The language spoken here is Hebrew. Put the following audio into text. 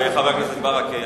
חבר הכנסת ברכה,